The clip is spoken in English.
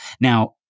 Now